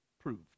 Proved